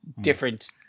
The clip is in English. different